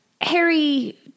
Harry